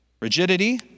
rigidity